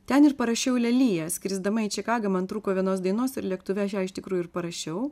ten ir parašiau leliją skrisdama į čikagą man trūko vienos dainos ir lėktuve aš ją iš tikrųjų ir parašiau